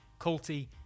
culty